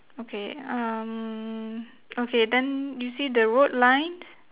okay um okay then you see the road lines